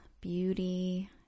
beauty